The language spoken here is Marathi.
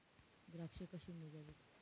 द्राक्षे कशी मोजावीत?